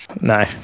no